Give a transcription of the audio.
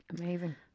Amazing